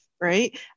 right